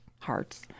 hearts